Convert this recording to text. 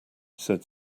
said